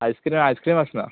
आसक्री ice cream आसना